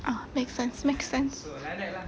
ah make sense make sense